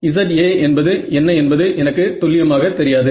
Za என்பது என்ன என்பது எனக்கு துல்லியமாகத் தெரியாது